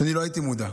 ואני לא הייתי מודע.